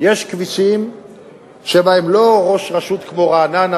יש כבישים שבהם לא ראש רשות כמו רעננה,